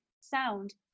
sound